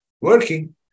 working